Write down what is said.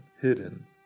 hidden